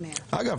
אגב,